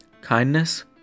kindness